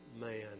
man